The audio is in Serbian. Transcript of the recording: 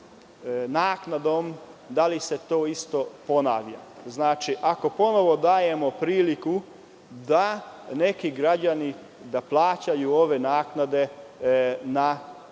naknadom to isto ponavlja? Znači, ako ponovo dajemo priliku da neki građani plaćaju ove naknade na